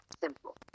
simple